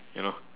you know